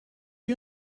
you